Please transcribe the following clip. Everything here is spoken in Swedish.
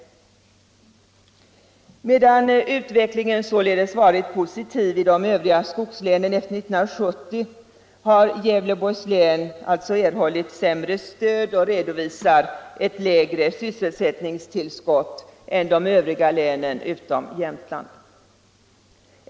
Medan utvecklingen varit positiv i de övriga skogslänen efter 1970 har Gävleborgs län således erhållit sämre stöd och redovisar ett sämre sysselsättningstillskott än de övriga länen —- utom Jämtlands län.